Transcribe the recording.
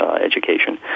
education